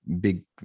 big